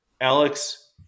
Alex